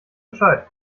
bescheid